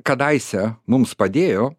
kadaise mums padėjo